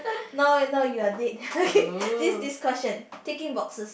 no no you're dead okay this this question ticking boxes